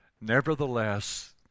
nevertheless